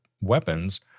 weapons